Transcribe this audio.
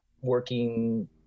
working